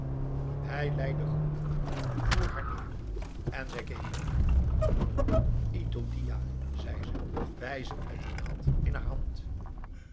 hij lei de groep voor haar neer en zij keek ernaar itoe dia zei ze wijzend met de naald in haar hand